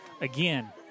again